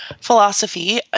philosophy